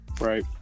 Right